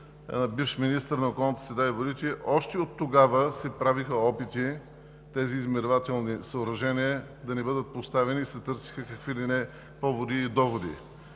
на бивш министър на околната среда и водите, още оттогава се правеха опити тези измервателни съоръжения да не бъдат поставени и се търсеха какви ли не поводи и доводи.